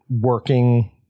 working